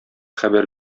хәбәр